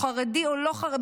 או חרדי או לא חרדי.